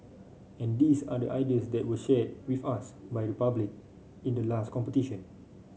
and these are the ideas that were shared with us by the public in the last competition